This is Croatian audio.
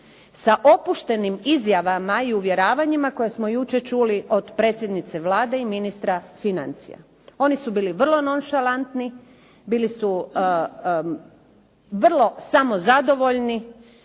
sa opuštenim izjavama i uvjeravanjima koje smo jučer čuli od predsjednice Vlade i ministra financija. Oni su bili vrlo nonšalantni, bili su vrlo samozadovoljni